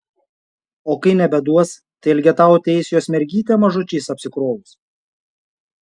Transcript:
o kai nebeduos tai elgetauti eis jos mergytė mažučiais apsikrovus